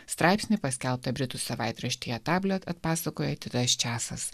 straipsnį paskelbtą britų savaitraštyje tablet atpasakoja titas česas